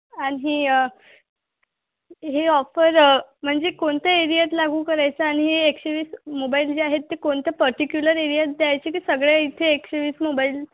आणि हे ऑफर म्हणजे कोणत्या एरियात लागू करायचं आणि एकशे वीस मोबाईल जे आहेत कोणत्या पर्टिक्युलर एरियात द्यायचे की सगळे इथे एकशे वीस मोबाईल्स